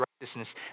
righteousness